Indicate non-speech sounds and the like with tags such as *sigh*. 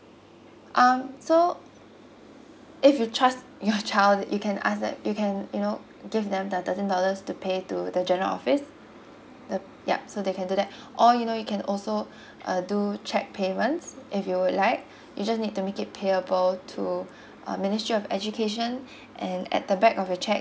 um so if you trust *laughs* your child you can ask them you can you know give them the thirteen dollars to pay to the general office the yup so they can do that *breath* or you know you can also uh do check payments if you would like *breath* you just need to make it payable to *breath* uh ministry of education *breath* and at the back of your check